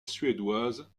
suédoise